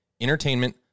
entertainment